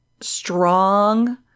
strong